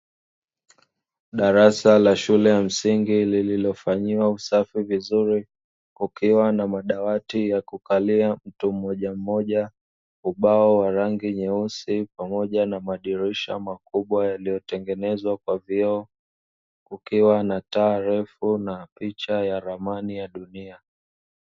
Darasa la shule ya msingi lililofanyiwa usafi vizuri kukiwa na madawati ya kukalia mtu mmojammoja, ubao wa rangi nyeusi pamoja na madirisha makubwa yaliyotengenezwa kwa vyeo kukiwa na taarifa na picha ya ramani ya dunia.